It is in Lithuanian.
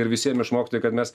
ir visiem išmokti kad mes